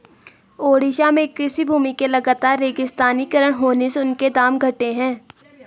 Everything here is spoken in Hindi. ओडिशा में कृषि भूमि के लगातर रेगिस्तानीकरण होने से उनके दाम घटे हैं